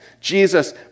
Jesus